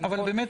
זה ברור.